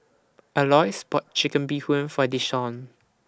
Alois bought Chicken Bee Hoon For Desean